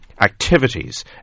activities